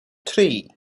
tri